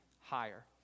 higher